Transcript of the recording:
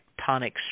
tectonic